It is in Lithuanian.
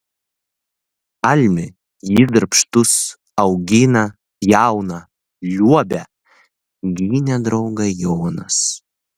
almi jis darbštus augina pjauna liuobia gynė draugą jonas